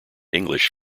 english